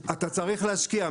אתה צריך להשקיע.